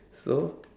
so